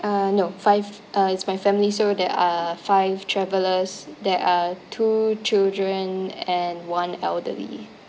uh no five uh it's my family so there are five travelers there are two children and one elderly